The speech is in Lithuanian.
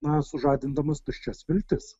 na sužadindamas tuščias viltis